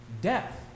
death